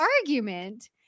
argument